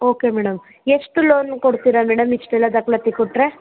okay madam ಎಷ್ಟು loan ಕೊಡ್ತೀರಾ madam ಇಷ್ಟೆಲ್ಲ ದಾಖಲಾತಿ ಕೊಟ್ಟರೆ